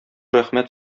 рәхмәт